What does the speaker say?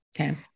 Okay